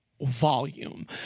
volume